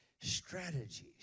strategies